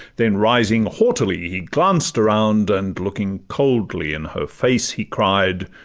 then rising haughtily he glanced around, and looking coldly in her face, he cried,